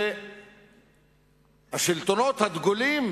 והשלטונות הדגולים